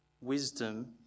wisdom